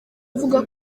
avuga